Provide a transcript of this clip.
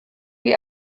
die